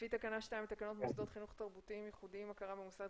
לפי תקנה 2 לתקנות מוסדות תרבותיים ייחודים (הכרה במוסד